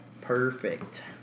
Perfect